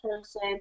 person